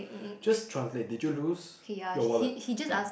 just translate did you lose your wallet